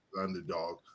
underdog